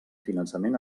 finançament